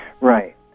Right